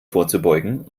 vorzubeugen